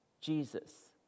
Jesus